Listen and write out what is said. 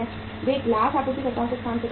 वे glass आपूर्तिकर्ताओं को स्थान प्रदान करते हैं